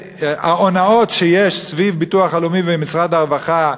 ההונאות שיש סביב הביטוח הלאומי ומשרד הרווחה,